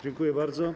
Dziękuję bardzo.